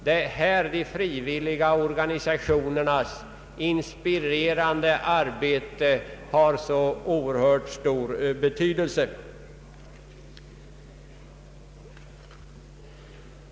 Det är här de frivilliga organisationernas inspirerande arbete har så oerhört stor betydelse.